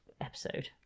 episode